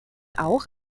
auch